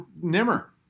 nimmer